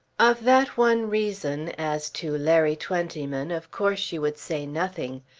of that one reason as to larry twentyman of course she would say nothing.